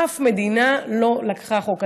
אף מדינה לא לקחה חוק כזה.